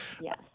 Yes